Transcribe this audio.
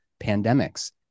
pandemics